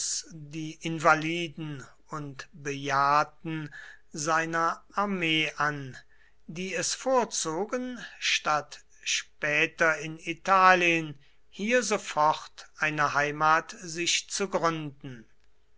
die invaliden und bejahrten seiner armee an die es vorzogen statt später in italien hier sofort eine heimat sich zu gründen